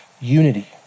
unity